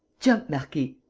jump, marquis!